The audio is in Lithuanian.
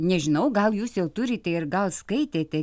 nežinau gal jūs jau turite ir gal skaitėte